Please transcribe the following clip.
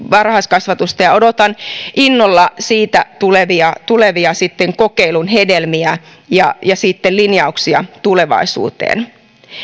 varhaiskasvatusta ja odotan innolla siitä tulevia tulevia kokeilun hedelmiä ja ja linjauksia tulevaisuuteen